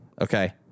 Okay